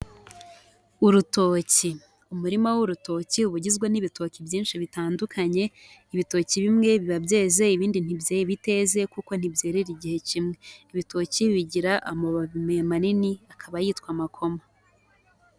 Urutoki, umurima w'urutoki uba ugizwe n'ibitoki byinshi bitandukanye, ibitoki bimwe biba byeze ibindi biteze kuko ntibyerera igihe kimwe, ibitoki bigira amababi manini akaba yitwa amakoma.